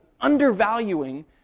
undervaluing